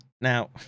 Now